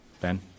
Ben